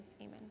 amen